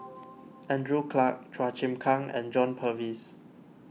Andrew Clarke Chua Chim Kang and John Purvis